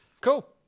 cool